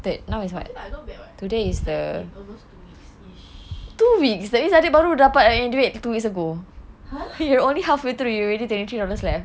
but okay lah not bad [what] then it's like in almost two weeks !huh!